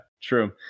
true